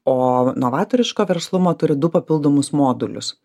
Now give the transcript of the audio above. o novatoriško verslumo turi du papildomus modulius